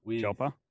Chopper